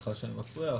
סליחה שאני מפריע,